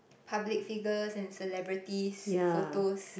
public figures and celebrities photos